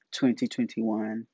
2021